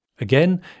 Again